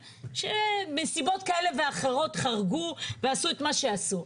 שמסיבות כאלה ואחרות חרגו ועשו את מה שעשו.